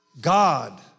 God